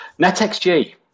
NetXG